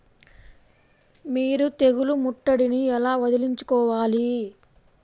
మీరు తెగులు ముట్టడిని ఎలా వదిలించుకోవాలి?